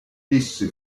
esse